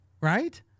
right